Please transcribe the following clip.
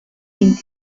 vint